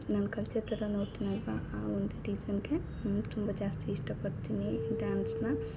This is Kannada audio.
ನಾನು ಕಲ್ಚರ್ ಥರ ನೋಡ್ತೀನಿ ಅಲ್ಲವಾ ಆ ಒಂದು ರೀಸನ್ಗೆ ತುಂಬ ಜಾಸ್ತಿ ಇಷ್ಟಡ್ತೀನಿ ಡ್ಯಾನ್ಸ್ನ